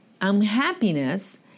unhappiness